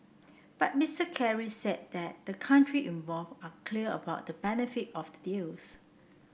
but Mister Kerry said that the country involved are clear about the benefit of deals